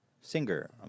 singer